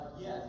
Yes